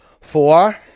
Four